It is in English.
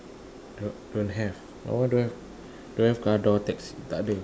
don't don't have all don't have don't have car door taxi tak ada